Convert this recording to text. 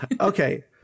okay